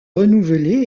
renouvelé